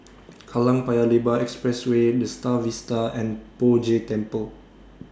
Kallang Paya Lebar Expressway The STAR Vista and Poh Jay Temple